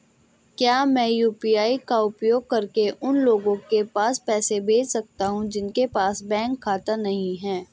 क्या मैं यू.पी.आई का उपयोग करके उन लोगों के पास पैसे भेज सकती हूँ जिनके पास बैंक खाता नहीं है?